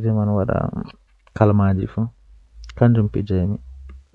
be amana bo masin.